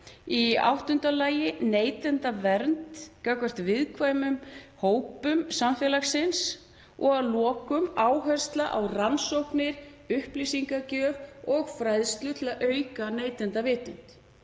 Í áttunda lagi neytendavernd gagnvart viðkvæmum hópum samfélagsins og að lokum áhersla á rannsóknir, upplýsingagjöf og fræðslu til að auka neytendavitund.